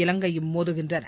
இலங்கையும் மோதுகின்றன